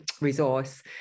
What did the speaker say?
resource